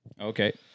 Okay